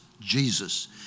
Jesus